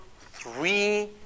three